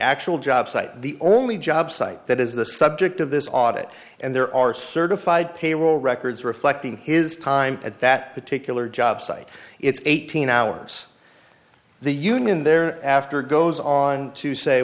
actual job site the only job site that is the subject of this audit and there are certified payroll records reflecting his time at that particular job site it's eighteen hours the union there after goes on to say